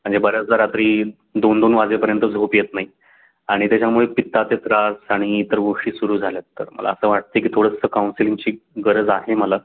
म्हणजे बऱ्याचदा रात्री दोन दोन वाजेपर्यंत झोप येत नाही आणि त्याच्यामुळे पित्ताचे त्रास आणि इतर गोष्टी सुरू झाल्या आहेत तर मला असं वाटत आहे की थोडंसं काउन्सिलिंगची गरज आहे मला